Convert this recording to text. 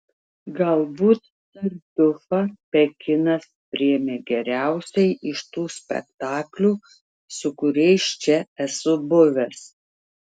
galbūt tartiufą pekinas priėmė geriausiai iš tų spektaklių su kuriais čia esu buvęs